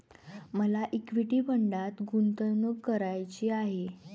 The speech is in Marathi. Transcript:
मला इक्विटी फंडात गुंतवणूक करायची आहे